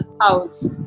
house